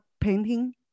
painting